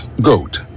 GOAT